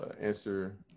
answer